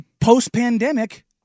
Post-pandemic